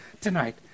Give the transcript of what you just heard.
tonight